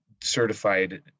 certified